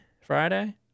Friday